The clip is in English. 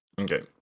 Okay